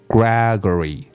Gregory